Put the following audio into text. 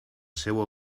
seua